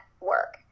work